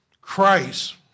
Christ